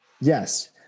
Yes